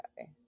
Okay